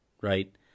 right